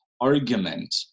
argument